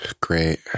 Great